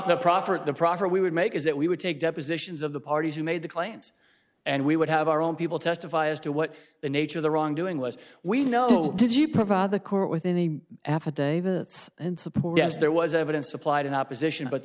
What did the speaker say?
the proffer at the proffer we would make is that we would take depositions of the parties who made the claims and we would have our own people testify as to what the nature of the wrongdoing was we know did you provide the court with any affidavit and support as there was evidence supplied in opposition but the